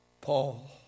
Paul